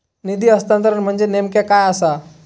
निधी हस्तांतरण म्हणजे नेमक्या काय आसा?